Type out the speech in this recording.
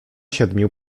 siedmiu